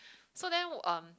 so then um